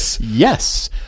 Yes